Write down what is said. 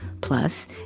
Plus